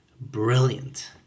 Brilliant